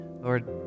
Lord